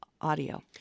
audio